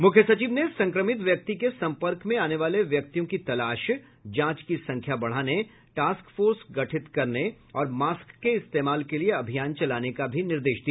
मुख्य सचिव ने संक्रमित व्यक्ति के संपर्क में आने वाले व्यक्तियों की तलाश जांच की संख्या बढ़ाने टास्क फोर्स गठित करने और मास्क के इस्तेमाल के लिए अभियान चलाने का भी निर्देश दिया